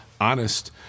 honest